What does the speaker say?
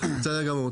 בסדר גמור.